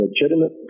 legitimate